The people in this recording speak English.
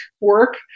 work